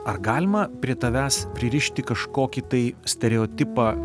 ar galima prie tavęs pririšti kažkokį tai stereotipą